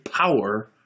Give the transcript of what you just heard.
power